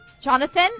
Jonathan